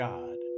God